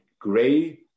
gray